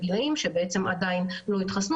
שלא התחסנו